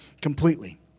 completely